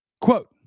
Quote